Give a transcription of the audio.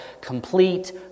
complete